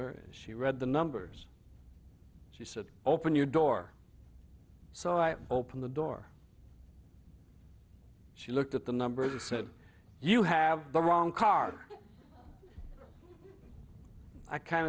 her she read the numbers she said open your door so i open the door she looked at the numbers and said you have the wrong car i kind